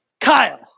Kyle